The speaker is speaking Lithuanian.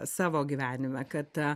savo gyvenime kad